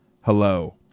Hello